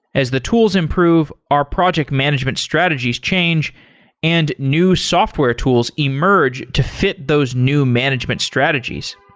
as the tools improve, our project management strategies change and new software tools emerge to fit those new management strategies.